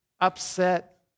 upset